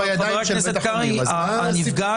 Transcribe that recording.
אני מבין.